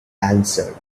answered